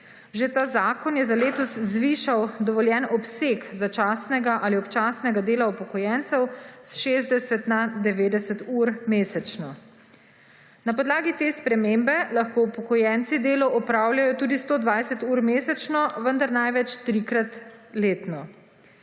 Že ta zakon je za letos zvišal dovoljen obseg začasnega ali občasnega dela upokojencev iz 60 na 90 ur mesečno. Na podlagi te spremembe lahko upokojenci delo opravljajo tudi 120 ur mesečno, vendar največ trikrat letno.